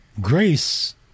grace